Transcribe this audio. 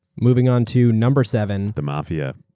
moving on to number seven. the mafia.